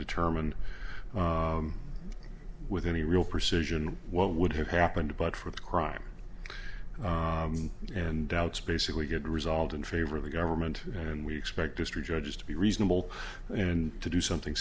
determine with any real perception what would have happened but for the crime and doubts basically get resolved in favor of the government and we expect history judges to be reasonable and to do something